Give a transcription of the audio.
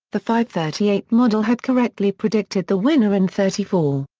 the fivethirtyeight model had correctly predicted the winner in thirty four.